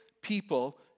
people